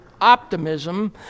optimism